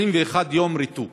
21 יום ריתוק.